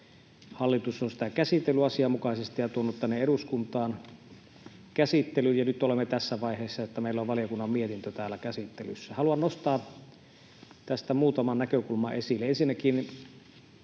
hallitus on sitä käsitellyt asianmukaisesti ja tuonut tänne eduskuntaan käsittelyyn, ja nyt olemme tässä vaiheessa, että meillä on valiokunnan mietintö täällä käsittelyssä. Haluan nostaa tästä muutaman näkökulman esille: Ensinnäkin,